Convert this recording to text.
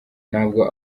ntabwo